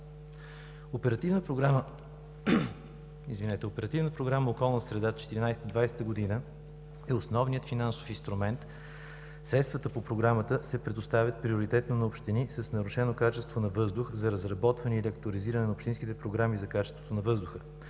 Оперативната програма „Околна среда 2014 – 2020 г.“ е основният финансов инструмент. Средствата по Програмата се предоставят приоритетно на общини с нарушено качество на въздуха – за разработване или актуализиране на общинските програми за качеството на въздуха.